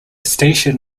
station